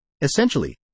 Essentially